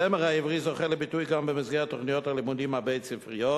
הזמר העברי זוכה לביטוי גם במסגרת תוכניות הלימודים הבית-ספריות.